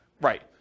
Right